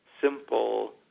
simple